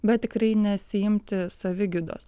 bet tikrai nesiimti savigydos